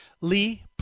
Lee